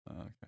Okay